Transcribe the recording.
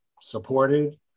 supported